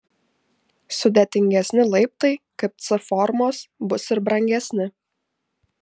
sudėtingesni laiptai kaip c formos bus ir brangesni